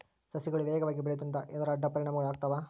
ಸಸಿಗಳು ವೇಗವಾಗಿ ಬೆಳೆಯುವದರಿಂದ ಏನಾದರೂ ಅಡ್ಡ ಪರಿಣಾಮಗಳು ಆಗ್ತವಾ?